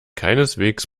keineswegs